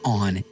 on